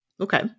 Okay